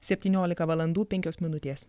septyniolika valandų penkios minutės